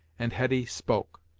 and hetty spoke.